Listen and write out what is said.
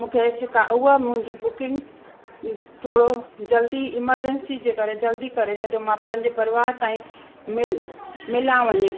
मूंखे शिका उहा मुंहिंजी बुकिंग थोरो जल्दी एमरजेंसी जे करे जल्दी करे छॾियो मां पंहिंजे परिवार ताईं मिल मिलां वञी